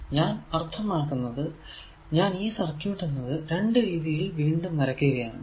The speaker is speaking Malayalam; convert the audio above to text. ഞാൻ അർത്ഥമാക്കുന്നത് ഞാൻ ഈ സർക്യൂട് എന്നത് രണ്ടു രീതിയിൽ വീണ്ടും വരയ്ക്കുക ആണ്